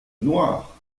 noire